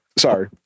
Sorry